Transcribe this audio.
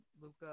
Luca